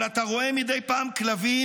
אבל --- אתה רואה מדי פעם כלבים